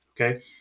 okay